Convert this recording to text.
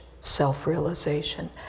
self-realization